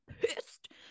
pissed